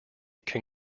can